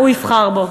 הוא יבחר בו.